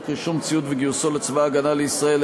רישום ציוד וגיוסו לצבא הגנה לישראל,